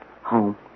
home